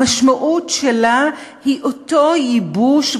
המשמעות שלה היא אותו ייבוש,